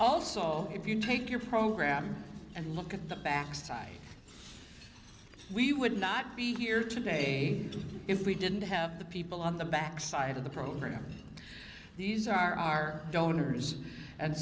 also if you take your program and look at the backside we would not be here today if we didn't have the people on the back side of the program these are our donors and